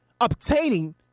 obtaining